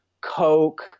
coke